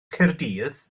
caerdydd